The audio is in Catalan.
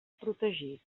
protegit